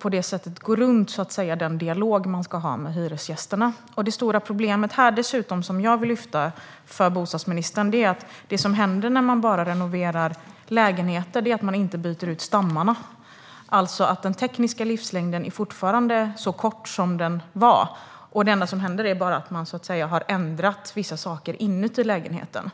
På det sättet går man runt den dialog man ska ha med hyresgästerna. Det stora problem som jag vill lyfta fram för bostadsministern är att det som händer när man bara renoverar lägenheter är att man inte byter ut stammarna. Den tekniska livslängden är alltså fortfarande lika kort som den var; det enda som händer är att man har ändrat vissa saker inuti lägenheten.